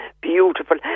Beautiful